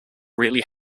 really